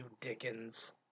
dickens